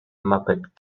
muppet